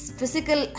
physical